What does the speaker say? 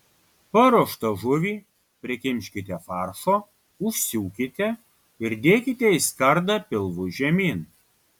paruoštą žuvį prikimškite faršo užsiūkite ir dėkite į skardą pilvu žemyn